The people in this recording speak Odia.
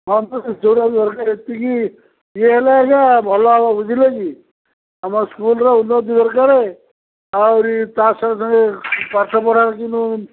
ହଁ ପରା ଯୋଉଟା ବି ଦରକାରେ ଏତିକି ଇଏ ହେଲେ ଆଜ୍ଞା ଭଲ ହେବ ବୁଝିଲେକି ଆମ ସ୍କୁଲ୍ର ଉନ୍ନତି ଦରକାରେ ଆହୁରି ତା ସଙ୍ଗେ ସଙ୍ଗେ ପାଠପଢ଼ା କିନ୍ତୁ